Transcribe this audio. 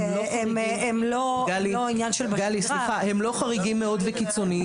גלי, סליחה, הם לא חריגים מאוד וקיצוניים.